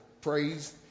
praise